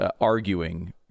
arguing